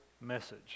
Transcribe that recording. message